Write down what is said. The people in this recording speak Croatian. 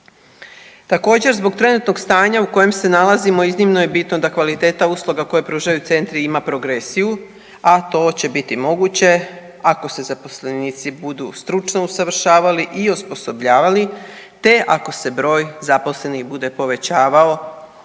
Također zbog trenutnog stanja u kojem se nalazimo iznimno je bitno da kvaliteta usluga koje pružaju centri ima progresiju, a to će biti moguće ako se zaposlenici budu stručno usavršavali i osposobljavali te ako se broj zaposlenih bude povećavao,